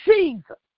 Jesus